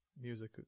music